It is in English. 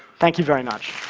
thank you very much.